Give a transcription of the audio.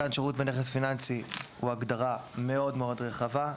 מתן שירות בנכס פיננסי הוא הגדרה מאוד מאוד רחבה.